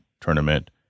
Tournament